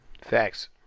Facts